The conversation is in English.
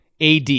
AD